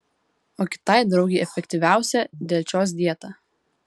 o kitai draugei efektyviausia delčios dieta